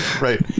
Right